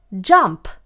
jump